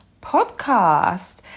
podcast